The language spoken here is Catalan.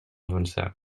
avançant